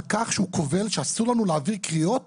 כך שהוא כובל שאסור לנו להעביר קריאות